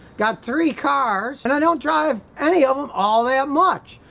got three cars, and i don't drive any of them all that much,